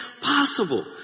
possible